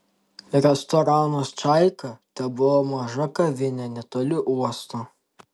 restoranas čaika tebuvo maža kavinė netoli uosto